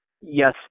yes